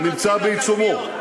הוא נמצא בעיצומו.